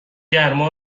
گرما